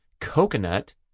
coconut